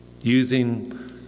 using